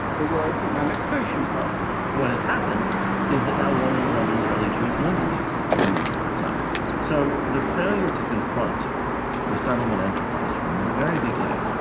it was an annexation process. what has happened is that now one in eleven israeli jews live in these illegal settlements. so the failure to confront the settlement enterprise from the very beginning,